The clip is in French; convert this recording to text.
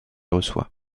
reçoit